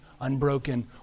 unbroken